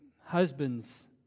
husbands